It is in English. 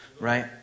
right